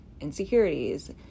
insecurities